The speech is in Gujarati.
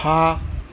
હા